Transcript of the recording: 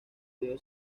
río